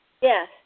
Yes